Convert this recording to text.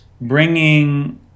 bringing